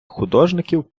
художників